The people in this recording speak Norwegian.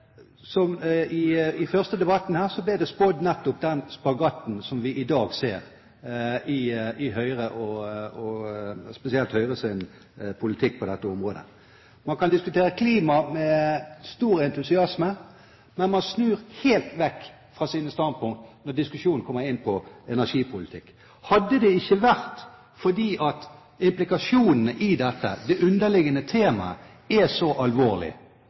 Under debatten i første sak her ble det spådd nettopp den spagaten som vi i dag ser, spesielt i Høyres politikk på dette området. Man kan diskutere klima med stor entusiasme, men man snur helt vekk fra sine standpunkt når diskusjonen kommer inn på energipolitikk. Hadde det ikke vært fordi implikasjonene i dette, det underliggende temaet, er så alvorlig,